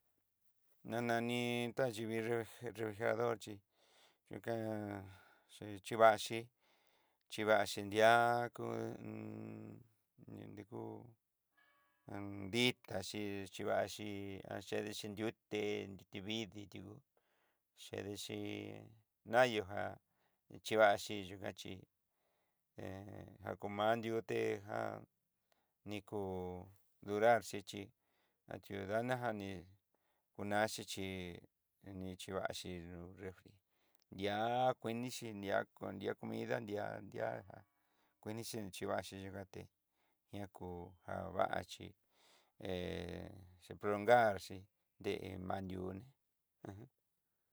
Na nani tá xhivenrió refrijerador chí yukan xi chivaxhí, chivaxhi nria kú hun- nani kú ditá xhi chivaxi achedexi nriuté, nriute vidi tiú chdexhi nayo jan ni xhivaxi yuka xhí hé jak an nriuté jan niko duralxhici, achu nadajani kunaxi chí ni chivaxi refri di'á kuenixhi li'a lia comida nria nria já kuenixi chivaxi yujaté ihá kú kavaxi he sin prolongarxi dé manrio né.